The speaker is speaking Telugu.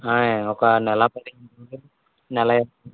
ఒక నెలా పదిహేను రోజులు నెల